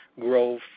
growth